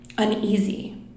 Uneasy